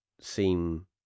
seem